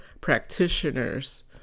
practitioners